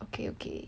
okay okay